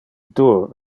dur